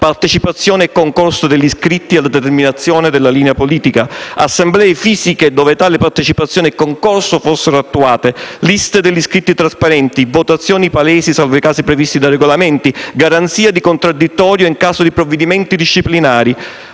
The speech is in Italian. partecipazione e concorso degli iscritti alla determinazione della linea politica; assemblee fisiche dove tale partecipazione e concorso fossero attuate; liste degli iscritti trasparenti; votazioni palesi, salvo i casi previsti dai Regolamenti; garanzia di contraddittorio in caso di provvedimenti disciplinari.